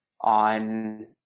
on